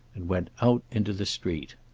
and went out into the street.